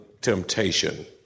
temptation